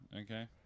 okay